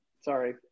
sorry